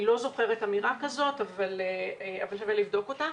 אני לא זוכרת אמירה כזאת, שווה לבדוק את זה.